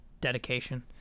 dedication